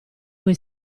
vuoi